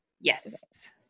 Yes